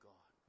God